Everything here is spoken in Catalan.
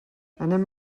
anem